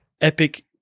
epic